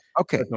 Okay